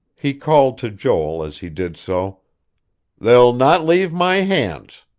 he called to joel as he did so they'll not leave my hands.